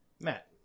Matt